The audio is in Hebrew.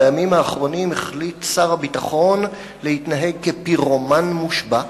בימים האחרונים החליט שר הביטחון להתנהג כפירומן מושבע,